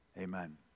Amen